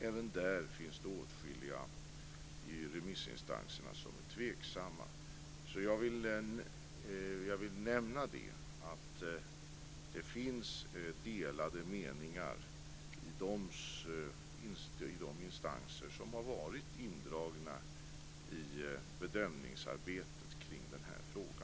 Även där finns det åtskilliga i remissinstanserna som är tveksamma. Jag vill alltså nämna att det finns delade meningar i de instanser som har varit indragna i bedömningsarbetet kring denna fråga.